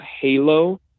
halo